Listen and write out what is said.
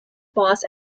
boss